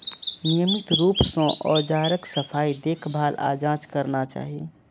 नियमित रूप सं औजारक सफाई, देखभाल आ जांच करना चाही